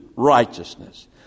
Righteousness